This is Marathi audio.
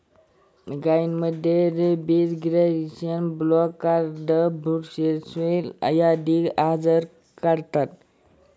गायींमध्ये rabies, goitre, black quarter, brucellosis आदी आजार आढळतात